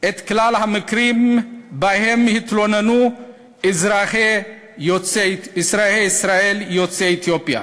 את כלל המקרים שבהם התלוננו אזרחי ישראל יוצאי אתיופיה